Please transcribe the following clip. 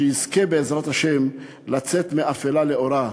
שיזכה בעזרת השם לצאת מאפלה לאורה,